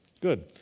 Good